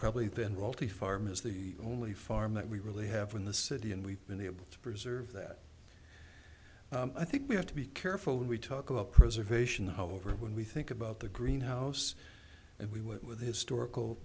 probably then roll t farm is the only farm that we really have in the city and we've been able to preserve that i think we have to be careful when we talk about preservation however when we think about the green house and we went with historical